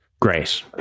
great